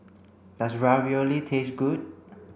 does Ravioli taste good